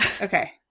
Okay